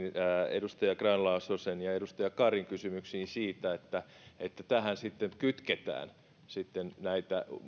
edustaja grahn laasosen ja ja edustaja karin kysymyksiin siitä tähän sitten kytketään näitä